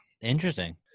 Interesting